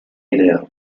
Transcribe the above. idea